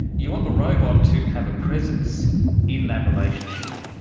you want the robot to have a presence in that relationship,